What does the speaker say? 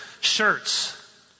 shirts